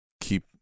keep